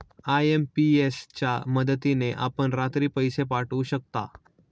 IMPS च्या मदतीने आपण रात्री पैसे पाठवू शकता